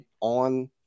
on